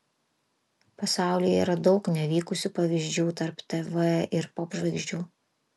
pasaulyje yra daug nevykusių pavyzdžių tarp tv ir popžvaigždžių